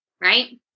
right